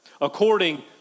according